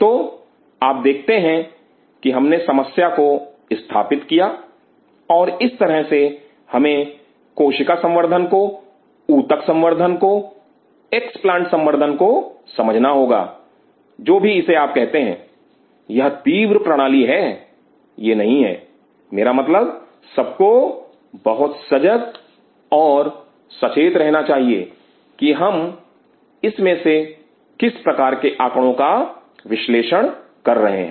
तो आप देखते हैं कि हमने समस्या को स्थापित किया और इस तरह से हमें कोशिका संवर्धन को ऊतक संवर्धन को एक्सप्लांट संवर्धन को समझना होगा जो भी इसे आप कहते हैं यह तीव्र प्रणाली हैं यह नहीं है मेरा मतलब सबको बहुत सजग और सचेत रहना चाहिए कि हम इसमें से किस प्रकार के आंकड़ों का विश्लेषण कर रहे हैं